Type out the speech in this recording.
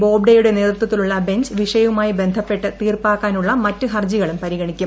ബോബ്ഡേയുടെ നേതൃത്വത്തിലുള്ള ബെഞ്ച് വിഷയവുമായി ബന്ധപ്പെട്ട് തീർപ്പാക്കാനുള്ള മറ്റ് ഹർജികളും പരിഗണിക്കും